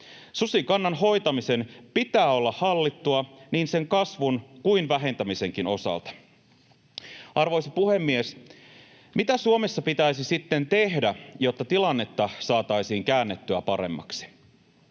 Susikannan hoitamisen pitää olla hallittua niin sen kasvun kuin vähentämisenkin osalta. Arvoisa puhemies! Mitä Suomessa pitäisi sitten tehdä, jotta tilannetta saataisiin käännettyä paremmaksi?